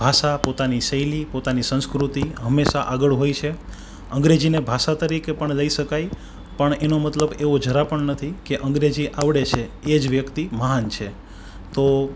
ભાષા પોતાની શૈલી પોતાની સંસ્કૃતિ હંમેશા આગળ હોય છે અંગ્રેજીને ભાષા તરીકે પણ લઈ શકાય પણ એનો મતલબ એવો જરા પણ નથી કે અંગ્રેજી આવડે છે એ જ વ્યક્તિ મહાન છે તો